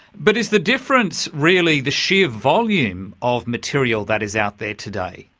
but is the difference really the sheer volume of material that is out there today?